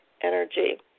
energy